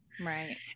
Right